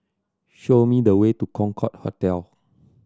show me the way to Concorde Hotel